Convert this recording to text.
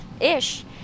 ish